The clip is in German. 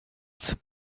zum